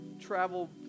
travel